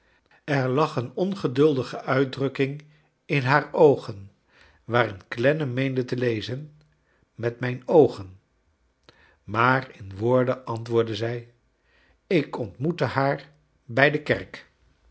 er lag een ongeduldige uitdrukking in haar oogen waarin clennam meende te lezen met mrjn oogen maar ia woorden antwoord de zij ik ontmoette haar bij de kerk